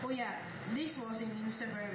ohya this was in instagram